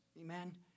Amen